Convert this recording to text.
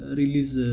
release